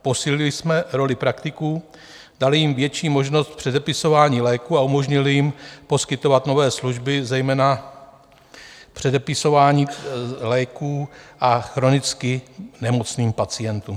Posílili jsme roli praktiků, dali jim větší možnost předepisování léků a umožnili jim poskytovat nové služby, zejména předepisování léků chronicky nemocným pacientům.